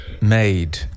made